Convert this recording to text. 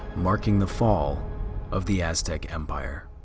marking the fall of the aztec empire.